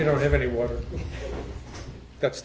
you don't have any water that's